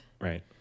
right